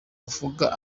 uvuga